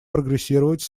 прогрессировать